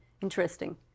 Interesting